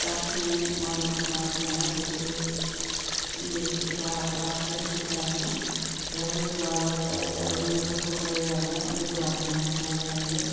काफ़ी माण्हुनि खे मां सुञाणा जेके इअं शिक्षा प्राप्त करे चुका आहिनि उन्हनि सुवाल त उन्हनि सुठो कयो ई आहे न हुनजे बारे में मां चवणु चाहींदसि